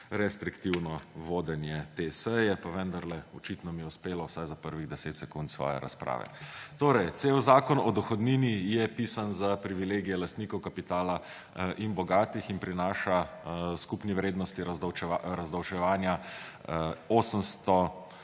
restriktivno vodenje te seje, pa vendarle, očitno mi je uspelo, vsaj za prvih deset sekund svoje razprave. Torej, cel zakon o dohodnini je pisan za privilegije lastnikov kapitala in bogatih in prinaša skupni vrednosti razdavčevanje 800